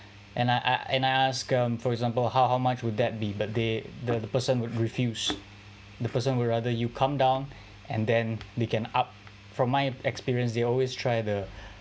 and I I ask um for example how how much would that be but they the person would refuse the person would rather you come down and then they can up from my experience they always try the